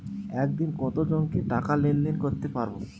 একদিন কত জনকে টাকা লেনদেন করতে পারবো?